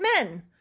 men